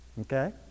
Okay